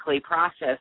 processed